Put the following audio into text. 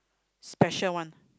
special one